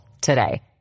today